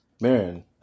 Man